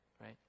right